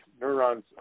neurons